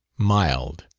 mild.